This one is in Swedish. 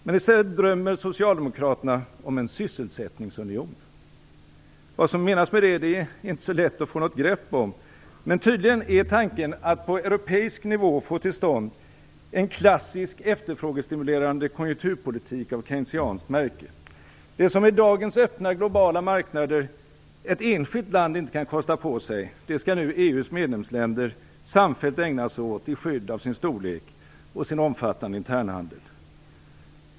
Men i stället drömmer Socialdemokraterna om en sysselsättningsunion. Vad som menas med det är inte så lätt att få något grepp om. Men tydligen är tanken att man på europeisk nivå skall få till stånd en klassisk efterfrågestimulerande konjunkturpolitik av keynesianskt märke. Det som ett enskilt land med dagens öppna globala marknader inte kan kosta på sig, det skall nu EU:s medlemsländer samfällt ägna sig åt i skydd av sin storlek och sin omfattande internhandel.